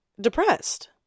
depressed